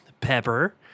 Pepper